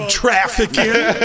trafficking